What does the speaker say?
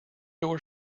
door